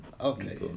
Okay